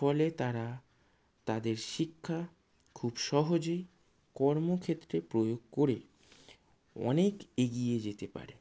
ফলে তারা তাদের শিক্ষা খুব সহজেই কর্মক্ষেত্রে প্রয়োগ করে অনেক এগিয়ে যেতে পারে